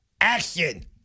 Action